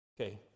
Okay